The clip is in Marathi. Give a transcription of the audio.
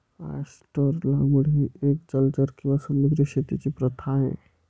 ऑयस्टर लागवड ही एक जलचर किंवा समुद्री शेतीची प्रथा आहे